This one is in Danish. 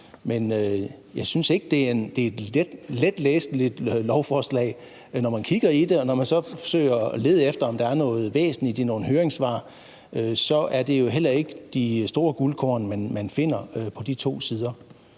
men jeg synes ikke, det er et let læseligt lovforslag, når man kigger i det, og når man så leder efter, om der er noget væsentligt i nogle høringssvar, er det jo heller ikke de store guldkorn, man finder på de to sider.